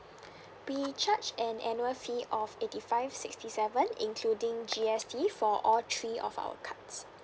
we charge an annual fee of eighty five sixty seven including G_S_T for all three of our cards